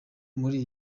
muri